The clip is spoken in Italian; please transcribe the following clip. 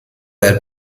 del